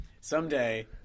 Someday